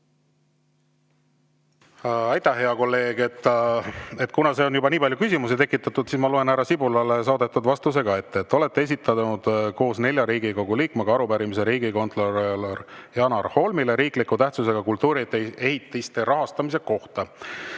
Aitäh, hea kolleeg! Kuna see on juba nii palju küsimusi tekitanud, siis ma loen härra Sibulale saadetud vastuse ka ette. Te olete esitanud koos nelja Riigikogu liikmega arupärimise riigikontrolör Janar Holmile riikliku tähtsusega kultuuriehitiste rahastamise kohta.